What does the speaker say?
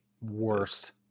Worst